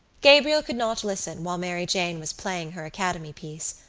gabriel could not listen while mary jane was playing her academy piece,